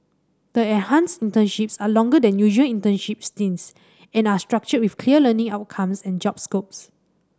the enhanced internships are longer than usual internship stints and are structured with clear learning outcomes and job scopes